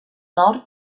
nord